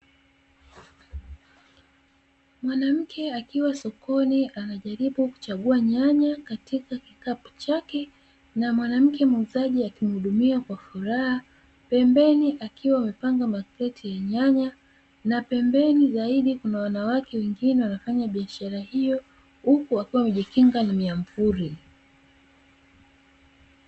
Mwanamke akiwa sokoni, anajaribu kuchagua nyanya katika kikapu chake na mwanamke muuzaji akimuhudumia kwa furaha, pembeni akiwa amepanga makreti ya nyanya na pembeni zaidi kuna wanawake wengine wakiwa wanafanya biashara hiyo, huku wakiwa wamejikinga na miamvuli.